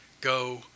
go